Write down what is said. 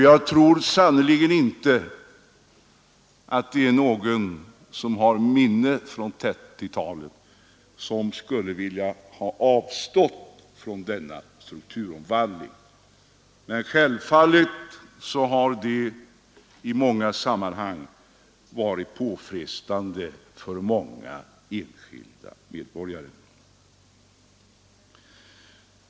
Jag tror sannerligen inte att någon som har minne av 1930-talet skulle ha velat avstå från denna strukturomvandling, men självfallet har den i många sammanhang varit påfrestande för många enskilda medborgare.